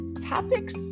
topics